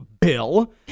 bill